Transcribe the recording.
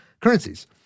currencies